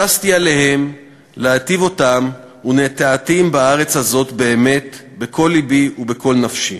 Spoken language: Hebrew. "וששתי עליהם להטיב אותם ונטעתים בארץ הזאת באמת בכל לבי ובכל נפשי".